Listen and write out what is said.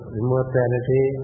immortality